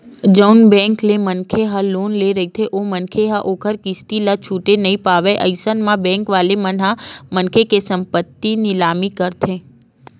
जउन बेंक ले मनखे ह लोन ले रहिथे ओ मनखे ह ओखर किस्ती ल छूटे नइ पावय अइसन म बेंक वाले मन ह मनखे के संपत्ति निलामी करथे